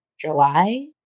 July